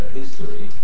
history